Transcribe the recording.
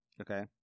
Okay